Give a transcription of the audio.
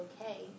okay